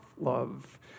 love